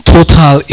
Total